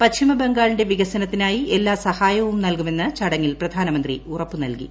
പശ്ചിമബംഗാളിന്റെ വികസനത്തിനായി എല്ലാ സഹായവും നൽകുമെന്ന് ചടങ്ങിൽ പ്രധാനമന്ത്രി ഉറപ്പുനൽകി